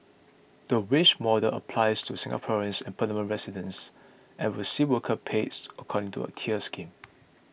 the wage model applies to Singaporeans and permanent residents and will see worker pays according to a tiered scheme